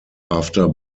after